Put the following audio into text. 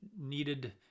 needed